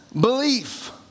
belief